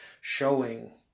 showing